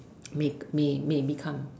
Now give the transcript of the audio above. make may may become